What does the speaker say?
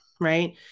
Right